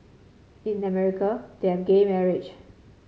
in America they have gay marriage